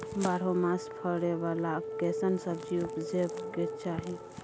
बारहो मास फरै बाला कैसन सब्जी उपजैब के चाही?